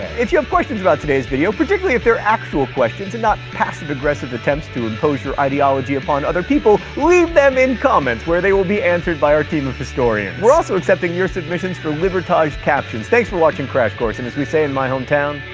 if you have questions about today's video, particularly if they're actual questions, and not passive-aggressive attempts to impose your ideology upon other people, leave them in comments, where they will be answered by our team of historians. we're also accepting your submissions for libertage captions. thanks for watching crash course, and as we say in my hometown,